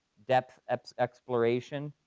depth depth exploration,